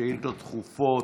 שאילתות דחופות.